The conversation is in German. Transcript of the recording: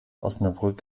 osnabrück